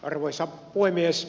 arvoisa puhemies